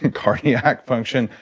cardiac function,